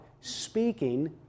speaking